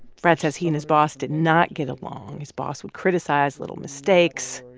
brad says he and his boss did not get along. his boss would criticize little mistakes,